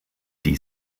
die